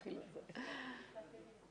שזה המשרד המתכלל גם את החברות הממשלתיות,